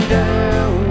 down